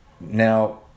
now